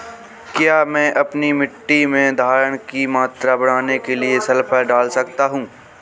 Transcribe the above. क्या मैं अपनी मिट्टी में धारण की मात्रा बढ़ाने के लिए सल्फर डाल सकता हूँ?